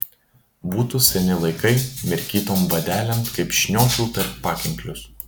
būtų seni laikai mirkytom vadelėm kaip šniočiau per pakinklius